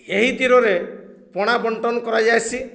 ଏହିଦିନରେ ପଣା ବଣ୍ଟନ କରାଯାଏସି